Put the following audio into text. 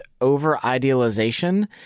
over-idealization